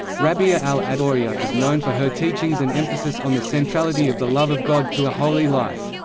rabi'a al-adawiyya is known for her teachings and emphasis on the centrality of the love of god to a holy life.